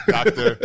Doctor